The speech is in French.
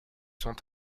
sont